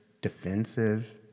defensive